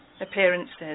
appearances